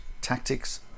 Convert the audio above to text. tactics